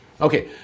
Okay